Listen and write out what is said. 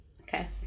okay